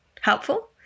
helpful